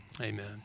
amen